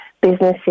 businesses